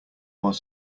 was